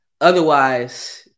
Otherwise